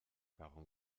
warum